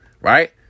right